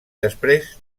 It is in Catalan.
després